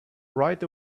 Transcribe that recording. right